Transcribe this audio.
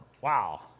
wow